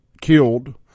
killed